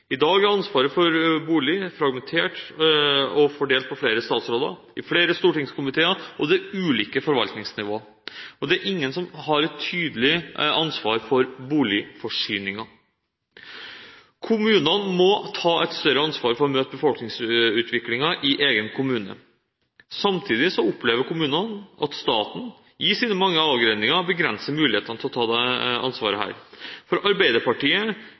I dag er ansvaret for bolig fragmentert og fordelt på flere statsråder, flere stortingskomiteer og ulike forvaltningsnivå. Det er i tillegg ingen som har et tydelig ansvar for boligforsyningen. Kommunene må ta et større ansvar for å møte befolkningsutviklingen i egen kommune. Samtidig opplever kommunene at staten, i sine mange avgreininger, begrenser mulighetene til å ta dette ansvaret.